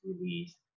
released